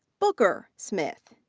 booker smith.